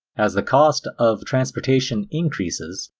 as the cost of transportation increases,